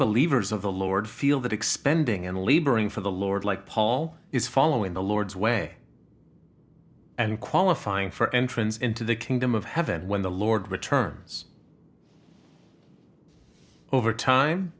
believers of the lord feel that expending and laboring for the lord like paul is following the lord's way and qualifying for entrance into the kingdom of heaven when the lord returns over time